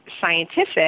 scientific